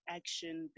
action